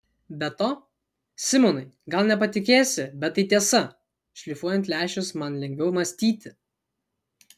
be to simonai gal nepatikėsi bet tai tiesa šlifuojant lęšius man lengviau mąstyti